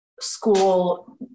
school